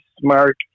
smart